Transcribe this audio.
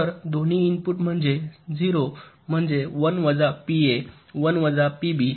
तर दोन्ही इनपुट म्हणजे ० म्हणजे १ वजा पीए १ वजा पीबी